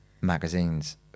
magazines